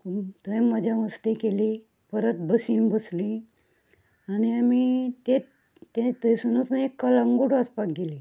थंय मजा मस्ती केली परत बसीन बसली आनी आमी तेत थंयसुनूच आमी कळंगूट वचपाक गेलीं